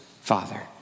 Father